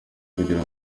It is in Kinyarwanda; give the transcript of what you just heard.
kugira